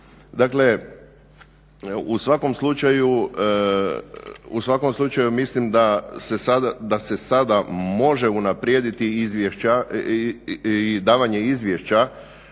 Dakle, u svakom slučaju mislim da se sada može unaprijediti davanje izvješća